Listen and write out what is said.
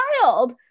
child